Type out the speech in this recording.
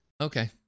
Okay